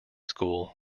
school